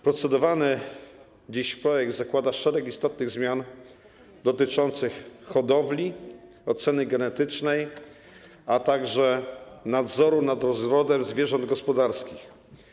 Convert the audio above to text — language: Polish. Procedowany dziś projekt zakłada szereg istotnych zmian dotyczących hodowli, oceny genetycznej, a także nadzoru nad rozrodem zwierząt gospodarskich.